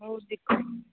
बहुत दिक्कत